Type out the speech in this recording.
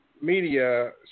media